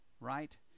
right